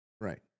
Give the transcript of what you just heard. Right